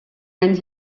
and